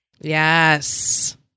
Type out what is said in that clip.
yes